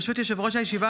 ברשות יושב-ראש הישיבה,